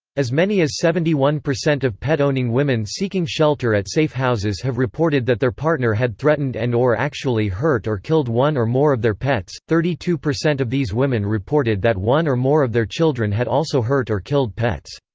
as many as seventy one percent of pet-owning women seeking shelter at safe houses have reported that their partner had threatened and or actually hurt or killed one or more of their pets thirty two percent of these women reported that one or more of their children had also hurt or killed pets.